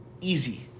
easy